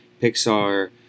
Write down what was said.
Pixar